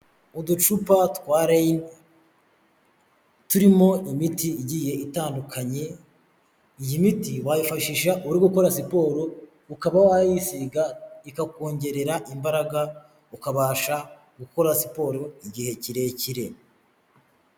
Uducupa twa Rayini turimo imiti igiye itandukanye, iyi miti wayifashisha uri gukora siporo. Ukaba wayisiga ikakongerera imbaraga, ukabasha gukora siporo igihe kirekire.